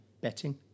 betting